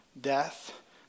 death